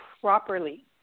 properly